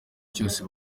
cyose